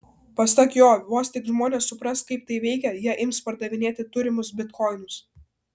pasak jo vos tik žmonės supras kaip tai veikia jie ims pardavinėti turimus bitkoinus